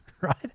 right